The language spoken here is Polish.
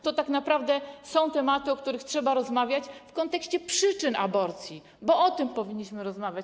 To tak naprawdę są tematy, o których trzeba rozmawiać w kontekście przyczyn aborcji, o tym powinniśmy rozmawiać.